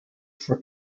for